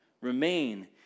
Remain